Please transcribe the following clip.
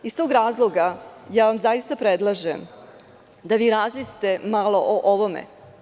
Iz tog razloga ja vam zaista predlažem da vi razmislite malo o ovome.